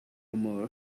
more